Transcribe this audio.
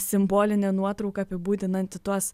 simbolinė nuotrauka apibūdinanti tuos